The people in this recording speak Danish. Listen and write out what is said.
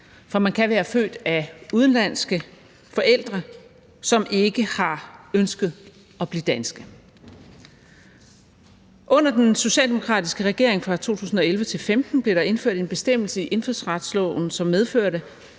for man kan være født af udenlandske forældre, som ikke har ønsket at blive danske. Under den socialdemokratiske regering fra 2011-2015 blev der indført en bestemmelse i indfødsretsloven, som medførte,